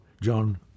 John